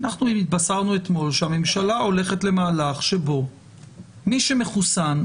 אנחנו התבשרנו אתמול שהממשלה הולכת למהלך שבו מי שמחוסן,